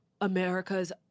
America's